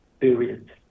period